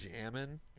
jamming